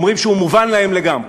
אומרים שהוא מובן להם לגמרי.